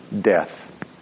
death